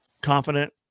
confident